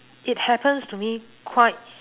it happens to me quite